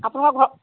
আপোনলোকৰ ঘৰ